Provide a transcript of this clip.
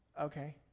okay